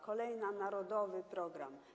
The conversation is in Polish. Kolejna narodowy program.